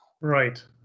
Right